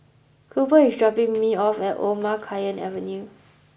Cooper is dropping me off at Omar Khayyam Avenue